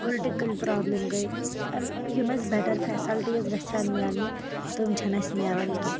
political problem گٔے یِم اَسہِ بیٚٹر فیٚسَلٹیٖز گژھَن مِلنہِ تِم چھےٚ نہٕ اَسہِ مِلان کیٚنٛہہ